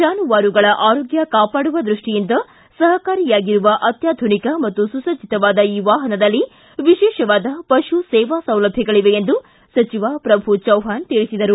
ಜಾನುವಾರುಗಳ ಆರೋಗ್ಯ ಕಾಪಾಡುವ ದೃಷ್ಟಿಯಿಂದ ಸಹಕಾರಿಯಾಗಿರುವ ಅತ್ಯಾಧುನಿಕ ಮತ್ತು ಸುಸಜ್ಜತವಾದ ಈ ವಾಹನದಲ್ಲಿ ವಿಶೇಷವಾದ ಪಶು ಸೇವಾ ಸೌಲಭ್ಯಗಳವೆ ಎಂದು ಸಚಿವ ಪ್ರಭು ಚವ್ವಾಣ್ ತಿಳಿಸಿದರು